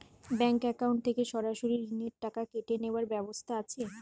Bank account থেকে সরাসরি ঋণের টাকা কেটে নেওয়ার ব্যবস্থা আছে?